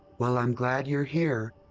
well, i'm glad you're here.